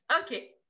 Okay